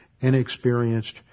inexperienced